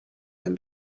can